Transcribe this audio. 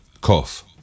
cough